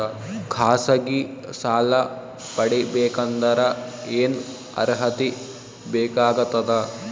ಖಾಸಗಿ ಸಾಲ ಪಡಿಬೇಕಂದರ ಏನ್ ಅರ್ಹತಿ ಬೇಕಾಗತದ?